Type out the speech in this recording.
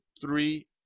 three